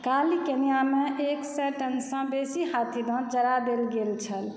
काल्हि केन्यामे एक सए टनसँ बेसी हाथीदाँत जरा देल गेल छल